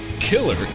killer